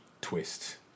twist